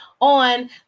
on